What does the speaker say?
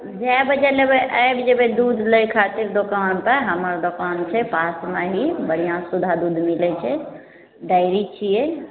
जए बजे लेबै आबि जेबै दूध लै खातिर दोकान पर हमर दोकान छै पासमे ही बढ़िआँ सुधा दूध मिलै छै डेयरी छियै